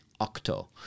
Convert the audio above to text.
octo